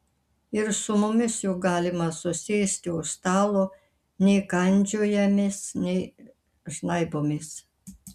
ir su mumis juk galima susėsti už stalo nei kandžiojamės nei žnaibomės